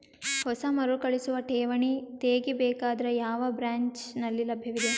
ಹೊಸ ಮರುಕಳಿಸುವ ಠೇವಣಿ ತೇಗಿ ಬೇಕಾದರ ಯಾವ ಬ್ರಾಂಚ್ ನಲ್ಲಿ ಲಭ್ಯವಿದೆ?